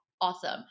Awesome